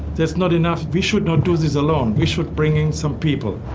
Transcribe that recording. there's not enough. we should not do this alone. we should bring in some people.